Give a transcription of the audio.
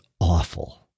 awful